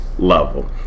level